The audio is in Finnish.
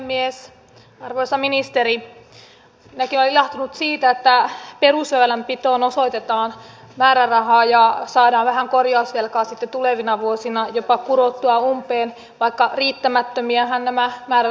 arvoisa ministeri minäkin olen ilahtunut siitä että perusväylänpitoon osoitetaan määrärahaa ja saadaan vähän korjausvelkaa sitten tulevina vuosina jopa kurottua umpeen vaikka riittämättömiähän nämä määrärahat edelleenkin ovat